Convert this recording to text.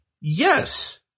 Yes